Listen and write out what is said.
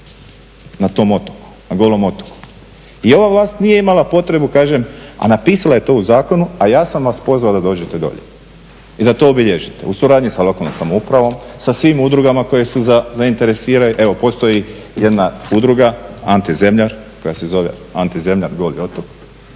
na tom otoku, na Golom otoku. I ova vlast nije imala potrebu, kažem, a napisala je to u zakonu, a ja sam vas pozvao da dođete dolje i da to obilježite u suradnji sa lokalnom samoupravom, sa svim udrugama koje su zainteresirane. Evo postoji jedna Udruga "Ante Zemljar", koja je zove "Ante Zemljar" Goli otok